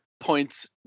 points